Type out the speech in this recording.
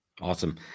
Awesome